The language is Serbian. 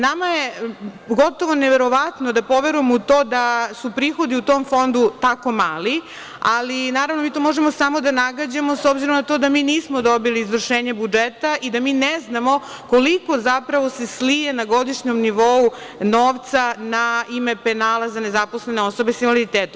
Nama je gotovo neverovatno da poverujemo u to da su prihodi u tom fondu tako mali, ali naravno mi to možemo samo da nagađamo, s obzirom na to da mi nismo dobili izvršenje budžeta i da mi ne znamo koliko zapravo se slije na godišnjem nivou novca na ime penala za nezaposlene osobe sa invaliditetom.